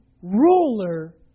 ruler